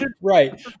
Right